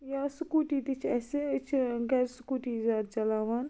یا سِکوٗٹی تہِ چھِ اَسہِ أسۍ چھِ گَرِ سِکوٗٹی زیادٕ چَلاوان